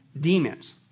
demons